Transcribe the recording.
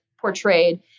portrayed